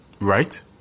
Right